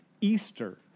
Easter